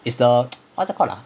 it's the what's that called ah